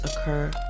occur